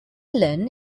island